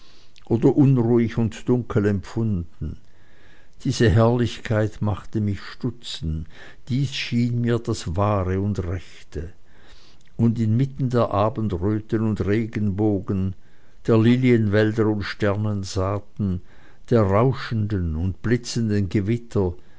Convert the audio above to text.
oder unruhig und dunkel empfunden diese herrlichkeit machte mich stutzen dies schien mir das wahre und rechte und inmitten der abendröten und regenbogen der lilienwälder und sternensaaten der rauschenden und blitzenden gewitter